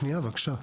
שנייה, בבקשה.